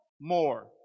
more